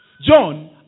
John